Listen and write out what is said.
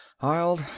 I'll